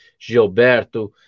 Gilberto